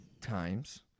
times